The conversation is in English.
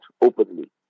openly